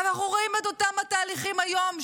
אנחנו רואים את אותם תהליכים היום שוב: